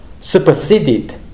superseded